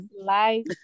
life